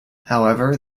however